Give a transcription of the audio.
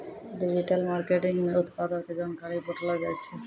digital marketing मे उत्पादो के जानकारी बांटलो जाय छै